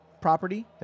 property